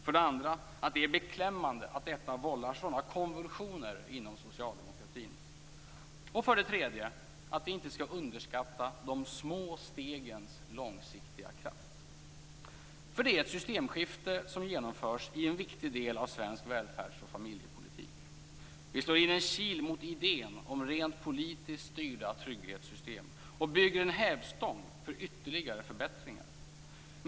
För det andra är det beklämmande att detta vållar sådana konvulsioner inom socialdemokratin. För det tredje skall vi inte underskatta de små stegens långsiktiga kraft. För det är ett systemskifte som genomförs i en viktig del svensk välfärds och familjepolitik. Vi slår in en kil mot idén om rent politiskt styrda trygghetssystem och bygger en hävstång för ytterligare förbättringar.